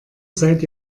seid